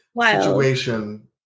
situation